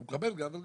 אתה מקבל גם וגם.